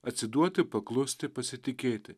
atsiduoti paklusti pasitikėti